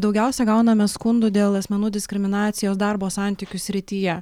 daugiausia gauname skundų dėl asmenų diskriminacijos darbo santykių srityje